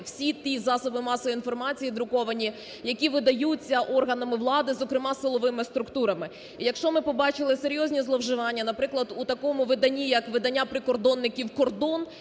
всі ті засоби масової інформації друковані, які видаються органами влади, зокрема, силовими структурами. І якщо ми побачили серйозні зловживання, наприклад, у такому виданні як видання прикордонників "Кордон"